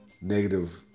negative